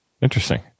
Interesting